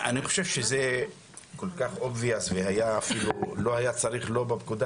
אני חושב שזה ברור ולא היה צריך את לא בפקודה